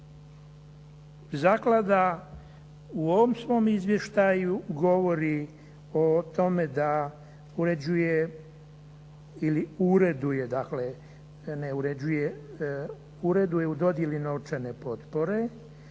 Zaklada u ovom svom izvještaju govori o tome da uređuje ili ureduje,